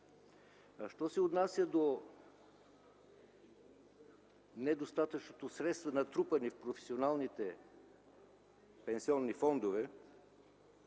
А що се отнася до недостатъчните средства, натрупани в професионалните пенсионни фондове,